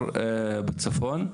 בבסמת טבעון, זה כפר בצפון.